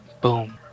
Boom